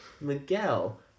Miguel